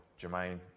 Jermaine